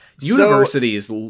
Universities